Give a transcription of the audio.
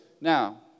now